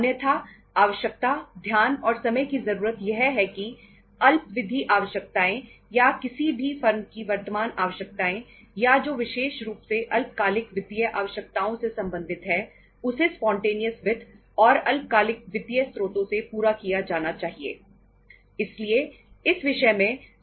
अन्यथा आवश्यकता ध्यान और समय की जरूरत यह है कि अल्प विधि आवश्यकताएं या किसी भी फर्म की वर्तमान आवश्यकताएं या जो विशेष रूप से अल्पकालिक वित्तीय आवश्यकताओं से संबंधित है उसे स्पॉन्टेनियस कहते हैं